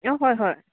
অঁ হয় হয়